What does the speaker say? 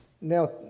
Now